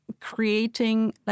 creating